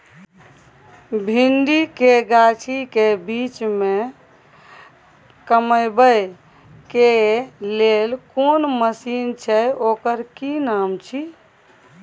भिंडी के गाछी के बीच में कमबै के लेल कोन मसीन छै ओकर कि नाम छी?